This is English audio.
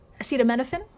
acetaminophen